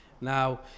Now